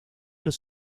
los